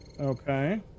Okay